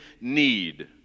need